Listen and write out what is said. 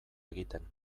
egiten